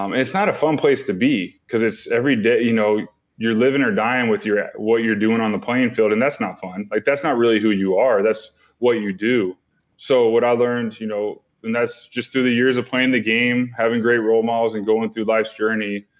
um it's not a fun place to be because it's every day, you know you're living or dying with what you're doing on the playing field and that's not fun like that's not really who you are, that's what you do so what i learned, you know and that's just through the years of playing the game, having great role models and going through life's journey.